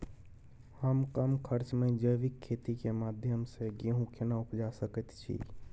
हम कम खर्च में जैविक खेती के माध्यम से गेहूं केना उपजा सकेत छी?